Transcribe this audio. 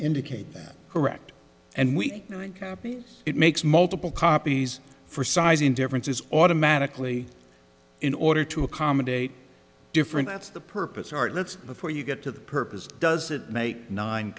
indicate that correct and we think it makes multiple copies for sizing difference is automatically in order to accommodate different that's the purpose of art that's before you get to the purpose does it make nine